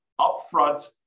upfront